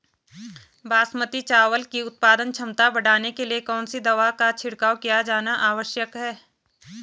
बासमती चावल की उत्पादन क्षमता बढ़ाने के लिए कौन सी दवा का छिड़काव किया जाना आवश्यक है?